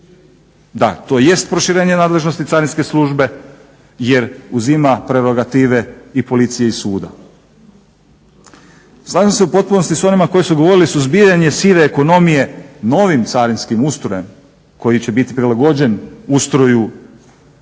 Da, to jest proširenje nadležnosti Carinske službe jer uzima prerogative i policije i suda. Slažem se u potpunosti s onima koji su govorili suzbijanje sive ekonomije novim carinskim ustrojem koji će biti prilagođen ustroju carinskih